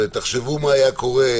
תחשבו מה היה קורה,